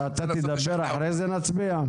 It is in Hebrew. אתה תדבר ואחר כך נצביע?